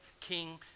King